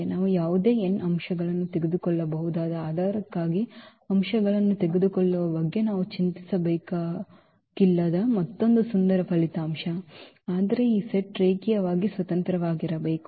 ನಾವು ಯಾವುದೇ n ಅಂಶಗಳನ್ನು ತೆಗೆದುಕೊಳ್ಳಬಹುದಾದ ಆಧಾರಕ್ಕಾಗಿ ಅಂಶಗಳನ್ನು ತೆಗೆದುಕೊಳ್ಳುವ ಬಗ್ಗೆ ನಾವು ಚಿಂತಿಸಬೇಕಾಗಿಲ್ಲದ ಮತ್ತೊಂದು ಸುಂದರ ಫಲಿತಾಂಶ ಆದರೆ ಆ ಸೆಟ್ ರೇಖೀಯವಾಗಿ ಸ್ವತಂತ್ರವಾಗಿರಬೇಕು